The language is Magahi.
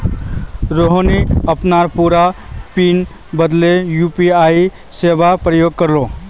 रोहिणी अपनार पूरा पिन बदले यू.पी.आई सेवार प्रयोग करोह